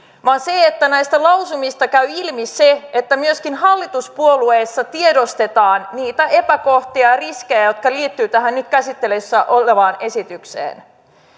vaan se että vaikka näistä lausumista käy ilmi se että myöskin hallituspuolueissa tiedostetaan niitä epäkohtia ja riskejä jotka liittyvät tähän nyt käsittelyssä olevaan esitykseen